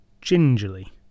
gingerly